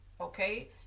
okay